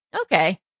Okay